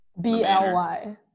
B-L-Y